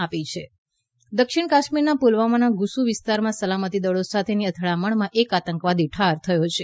કાશ્મીર અથડામણ દક્ષિણ કાશ્મીરના પુલવામાના ગુસ્ વિસ્તારમાં સલામતી દળો સાથેની અથડામણમાં એક આતંકવાદી ઠાર થયો છે